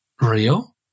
real